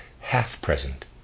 half-present